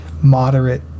moderate